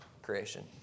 creation